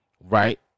Right